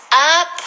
up